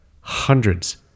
Hundreds